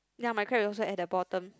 ya my crab also at the bottom